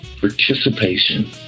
participation